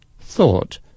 thought